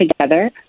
together